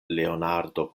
leonardo